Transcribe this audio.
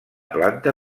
planta